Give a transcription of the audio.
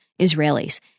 Israelis